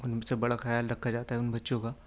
ان سے بڑا خیال رکھا جاتا ہے ان بچوں کا